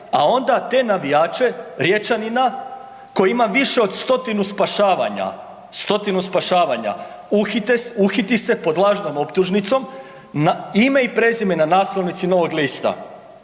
a onda te navijače Riječanina koji ima više od 100-tinu spašavanja, 100-tinu spašavanja uhiti se pod lažnom optužnicom, ime i prezime na naslovnici Novog lista,